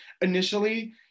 initially